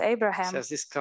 Abraham